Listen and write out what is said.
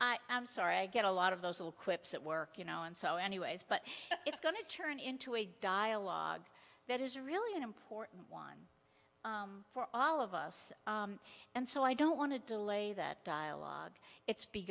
i'm sorry i get a lot of those little quips at work you know and so anyways but it's going to turn into a dialogue that is really an important one for all of us and so i don't want to delay that dialogue it's